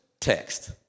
text